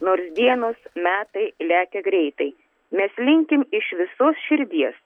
nors dienos metai lekia greitai mes linkim iš visos širdies